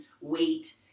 weight